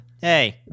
Hey